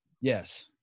yes